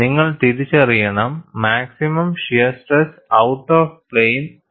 നിങ്ങൾ തിരിച്ചറിയണം maximum shear stress out of plane ആണ്